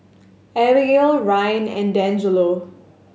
Abagail Ryne and Dangelo